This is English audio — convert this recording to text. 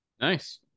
nice